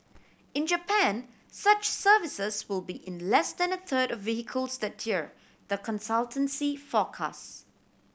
in Japan such services will be in less than a third of vehicles that year the consultancy forecast